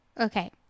Okay